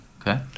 Okay